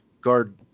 guard